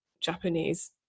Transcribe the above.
Japanese